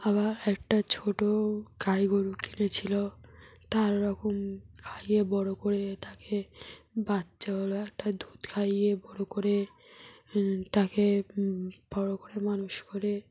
আবার একটা ছোট গাই গরু কিনেছিল তার ওরকম খাইয়ে বড় করে তাকে বাচ্চা হলো একটা দুধ খাইয়ে বড় করে তাকে বড় করে মানুষ করে